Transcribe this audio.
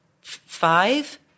five